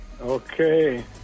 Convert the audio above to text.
Okay